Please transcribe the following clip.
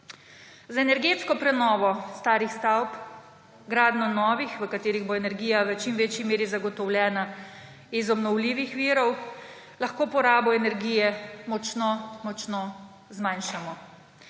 z energetsko prenovo starih stavb, gradnjo novih, v katerih bo energija v čim večji meri zagotovljena iz obnovljivih virov, lahko porabo energije močno močno zmanjšamo.